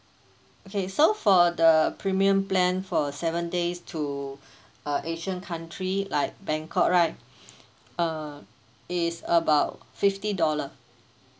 okay so for the premium plan for seven days to uh asian country like bangkok right uh it's about fifty dollar